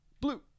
Blue